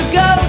go